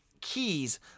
keys